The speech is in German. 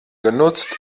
genutzt